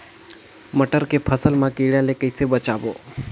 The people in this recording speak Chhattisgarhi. मटर के फसल मा कीड़ा ले कइसे बचाबो?